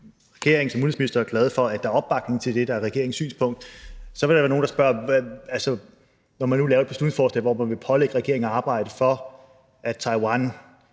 at der er opbakning til det, der er regeringens synspunkt. Så vil der være nogen, der spørger: Når man nu laver et beslutningsforslag, hvor man vil pålægge regeringen at arbejde for, at Taiwan